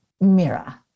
Mira